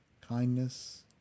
kindness